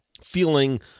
feeling